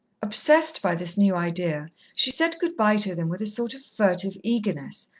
obsessed by this new idea, she said good-bye to them with a sort of furtive eagerness,